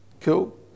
Cool